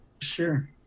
sure